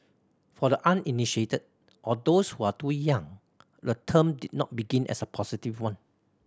for the uninitiated or those who are too young the term did not begin as a positive one